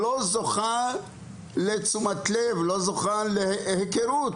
היא לא זוכה לתשומת לב ולהיכרות.